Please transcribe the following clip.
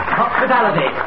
hospitality